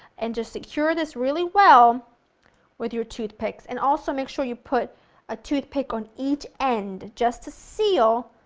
and just secure this really well with your toothpicks, and also make sure you put a toothpick on each end, just to seal.